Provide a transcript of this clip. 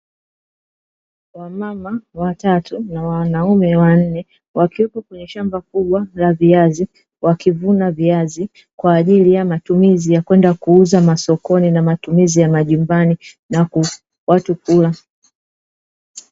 Wamama watatu na wanaume wanne wakiwepo kwenye shamba kubwa la viazi wakivuna viazi kwa ajili ya matumizi ya kwenda kuuza masokoni na matumizi ya majumbani na watu kula.